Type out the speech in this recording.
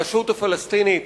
הרשות הפלסטינית